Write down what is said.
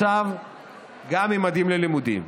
עכשיו גם עם מדים ללימודים.